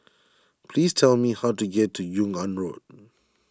please tell me how to get to Yung An Road